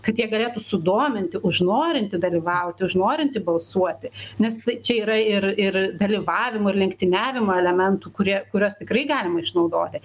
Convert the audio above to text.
kad jie galėtų sudominti užnorinti dalyvauti užnorinti balsuoti nes tai čia yra ir ir dalyvavimo ir lenktyniavimo elementų kurie kurias tikrai galima išnaudoti